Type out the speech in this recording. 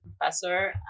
professor